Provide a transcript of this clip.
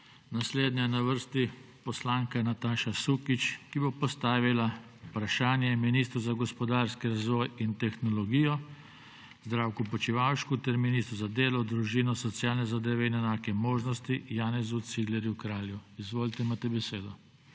Naslednja je na vrsti poslanka Nataša Sukič, ki bo postavila vprašanje ministru za gospodarski razvoj in tehnologijo Zdravku Počivalšku ter ministru za delo, družino, socialne zadeve in enake možnosti Janezu Ciglerju Kralju. Izvolite, imate besedo.